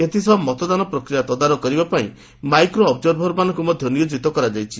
ଏଥିସହ ମତଦାନ ପ୍ରକ୍ରିୟା ତଦାରଖ କରିବା ପାଇଁ ମାଇକ୍ରୋ ଅବ୍ଜର୍ଭରମାନଙ୍କୁ ମଧ ନିୟୋଜିତ କରାଯାଇଛି